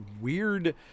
weird